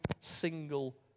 single